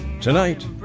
Tonight